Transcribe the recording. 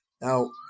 now